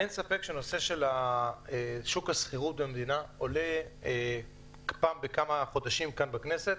אין ספק שהנושא של שוק השכירות במדינה עולה פעם בכמה חודשים כאן בכנסת,